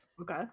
okay